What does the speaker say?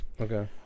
Okay